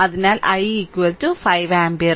അതിനാൽ i 5 ampere